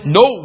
no